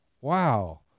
wow